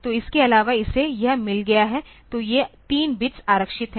तो इसके अलावा इसे यह मिल गया है तो ये 3 बिट्स आरक्षित हैं